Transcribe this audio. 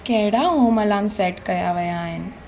कहिड़ा home alarm set कया विया आहिनि